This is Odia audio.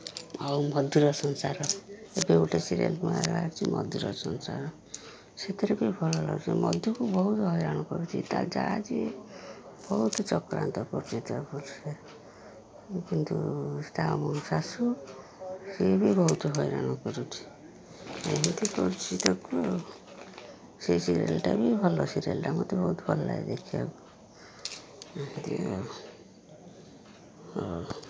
ଆଉ ମଧୁର ସଂସାର ଏବେ ଗୋଟେ ସିରିଏଲ୍ ବାହାରିଛି ମଧୁର ସଂସାର ସେଥିରେ ବି ଭଲ ଦେଉଛି ମଧୁକୁ ବହୁତ ହଇରାଣ କରୁଛନ୍ତି ତା' ଯାଆ ଯିଏ ବହୁତ ଚକ୍ରାନ୍ତ କରୁଛି କିନ୍ତୁ ତା' ଶାଶୁ ସେ ବି ବହୁତ ହଇରାଣ କରୁଛି ଏମିତି କରୁଛି ତାକୁ ଆଉ ସେଇ ସିରିଏଲ୍ଟା ବି ଭଲ ସିରିଏଲ୍ଟା ମୋତେ ବହୁତ ଭଲଲାଗେ ଦେଖିବାକୁ ଏମିତି ଆଉ ହଉ